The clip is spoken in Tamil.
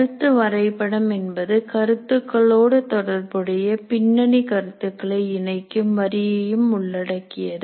கருத்து வரைபடம் என்பது கருத்துக்களோடு தொடர்புடைய பின்னணி கருத்துகளை இணைக்கும் வரியையும் உள்ளடக்கியது